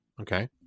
Okay